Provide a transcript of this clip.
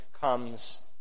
comes